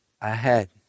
ahead